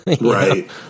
right